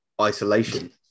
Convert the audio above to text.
isolation